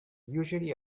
usually